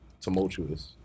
tumultuous